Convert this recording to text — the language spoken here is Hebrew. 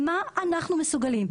מה אנחנו מסוגלים?